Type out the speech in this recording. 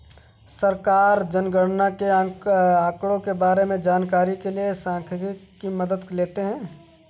सरकार जनगणना के आंकड़ों के बारें में जानकारी के लिए सांख्यिकी की मदद लेते है